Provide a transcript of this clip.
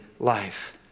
life